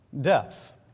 death